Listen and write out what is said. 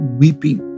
weeping